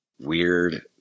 weird